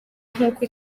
nkuko